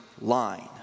line